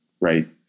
Right